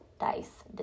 Dice